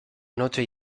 noche